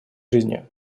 жизни